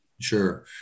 Sure